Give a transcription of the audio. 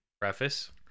Preface